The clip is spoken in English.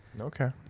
Okay